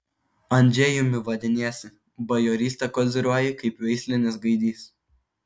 andžejumi vadiniesi bajoryste koziriuoji kaip veislinis gaidys